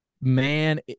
Man